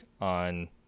on